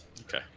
Okay